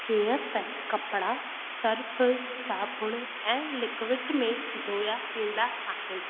जीअं त कपिड़ा सर्फ़ साबुणु ऐं लिक्विड में धोया वेंदा आहिनि